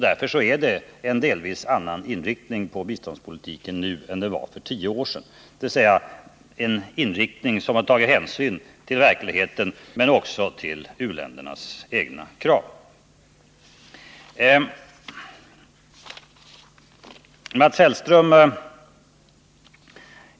Därför har biståndspolitiken delvis en annan inriktning nu än för tio år sedan. Mats Hellström är bekymrad: Vilken politik är det som gäller?